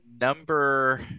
number